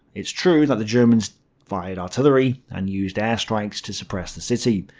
it's true that the germans fired artillery and used air strikes to suppress the city.